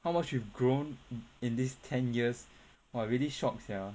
how much you've grown in this ten years !wah! I really shocked sia